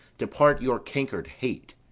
to part your cank'red hate.